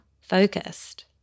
focused